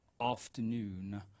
afternoon